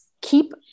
keep